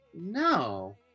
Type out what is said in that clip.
no